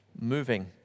moving